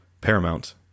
paramount